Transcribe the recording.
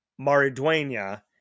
Mariduena